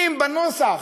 אם בנוסח